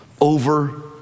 over